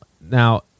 Now